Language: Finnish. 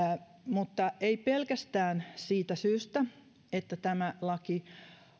mutta ei pelkästään siitä syystä että tämä laki